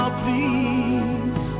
please